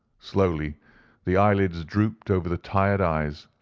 slowly the eyelids drooped over the tired eyes,